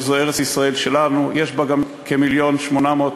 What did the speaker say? זאת ארץ-ישראל שלנו, יש בה גם כמיליון ו-800,000,